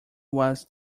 was